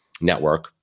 network